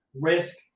Risk